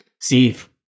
Steve